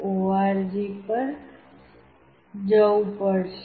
org પર જવું પડશે